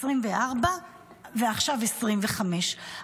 2024 ועכשיו 2025,